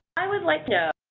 i would like to